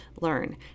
learn